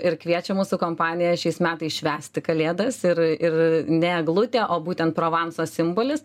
ir kviečia mūsų kompanija šiais metais švęsti kalėdas ir ir ne eglutė o būtent provanso simbolis